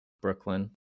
Brooklyn